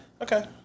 Okay